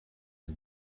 the